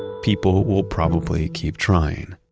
people will probably keep trying